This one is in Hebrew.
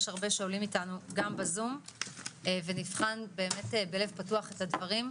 יש הרבה שעולים איתנו גם בזום ונבחן באמת בלב פתוח את הדברים.